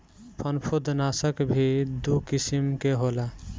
फंफूदनाशक भी दू किसिम के होला